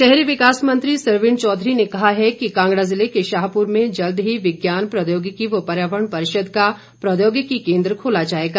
सरवीण चौघरी शहरी विकास मंत्री सरवीण चौधरी ने कहा है कि कांगड़ा जिले के शाहपुर में जल्द ही विज्ञान प्रौद्योगिकी व पर्यावरण परिषद का प्रौद्योगिकी केन्द्र खोला जाएगा